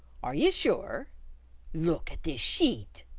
are you sure look at this sheet.